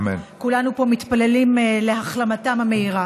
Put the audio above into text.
כולנו פה מתפללים להחלמתם המהירה